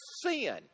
sin